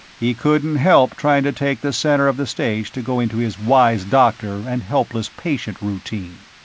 he couldn't help trying to take the center of the stage to go into his wise doctor and helpless patient routine.